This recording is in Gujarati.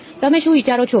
તમે શું વિચારો છો